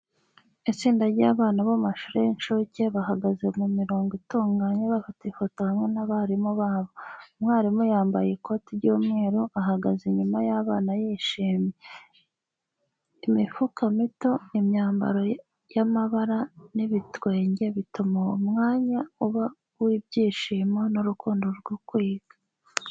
Itsinda ry’abana bo mu mashuri y’incuke bahagaze mu mirongo itunganye bafata ifoto hamwe n’abarimu babo. Umwarimu yambaye ikoti ry’umweru, ahagaze inyuma y’abana yishimye. Imifuka mito, imyambaro y’amabara, n’ibitwenge bituma uwo mwanya uba uw’ibyishimo n’urukundo rwo kwiga.